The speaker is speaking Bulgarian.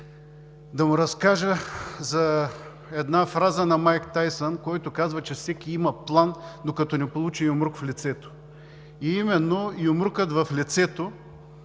да му разкажа една фраза на Майк Тайсън, който казва, че „всеки има план, докато не получи юмрук в лицето“. Именно юмрукът в лицето